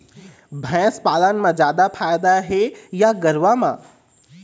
भैंस पालन म जादा फायदा हे या गरवा म?